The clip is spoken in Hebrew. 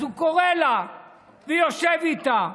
אז הוא קורא לה ויושב איתה.